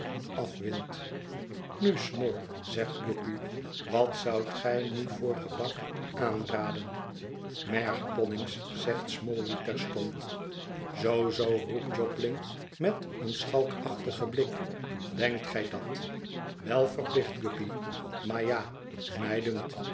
nu small zegt guppy wat zoudt gij nu voor gebak aanraden mergpoddings zegt smallweed terstond zoo zoo roept jobling met een schalkachtigen blik denkt gij dat wel verplicht guppy maar ja